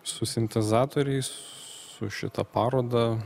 su sintezatoriais su šita paroda